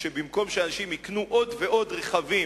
בכך שבמקום שאנשים יקנו עוד ועוד רכבים,